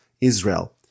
Israel